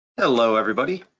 hello everybody.